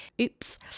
Oops